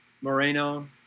Moreno